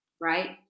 right